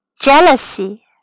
jealousy